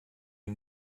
are